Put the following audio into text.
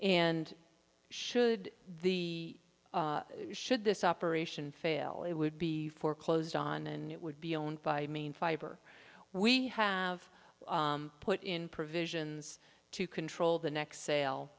and should the should this operation fail it would be foreclosed on and it would be owned by a main fiber we have put in provisions to control the next sale